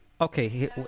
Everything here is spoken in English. Okay